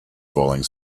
falling